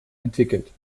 entwickelt